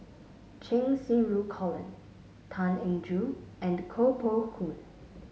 Cheng Xinru Colin Tan Eng Joo and Koh Poh Koon